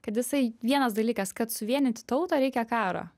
kad jisai vienas dalykas kad suvienyti tautą reikia karo